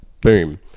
boom